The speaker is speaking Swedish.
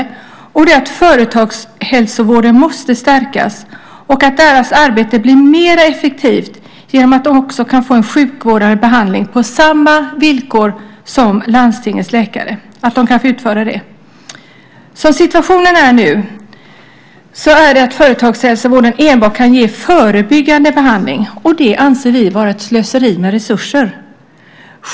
Det handlar om att företagshälsovården måste stärkas och deras arbete bli mer effektivt genom att de också tillåts utföra sjukvårdande behandling på samma villkor som landstingets läkare. Som situationen är nu får företagshälsovården enbart ge förebyggande behandling, och det anser vi vara ett slöseri med resurser.